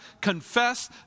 confess